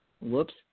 Whoops